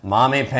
Mommy